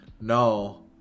No